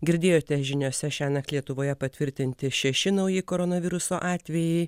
girdėjote žiniose šiąnakt lietuvoje patvirtinti šeši nauji koronaviruso atvejai